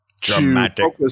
Dramatic